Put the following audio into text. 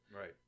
Right